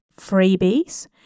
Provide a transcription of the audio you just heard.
freebies